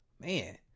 man